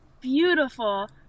beautiful